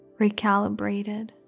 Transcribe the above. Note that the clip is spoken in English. recalibrated